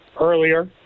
earlier